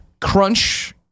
crunch